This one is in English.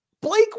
Blake